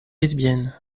lesbienne